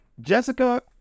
Jessica